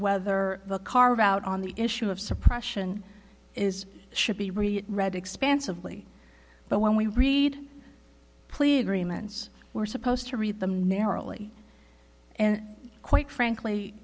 whether the carve out on the issue of suppression is should be read read expansively but when we read plea agreements we're supposed to read them narrowly and quite frankly